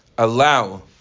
Allow